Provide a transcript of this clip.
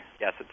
Yes